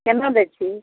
केना दइ छिही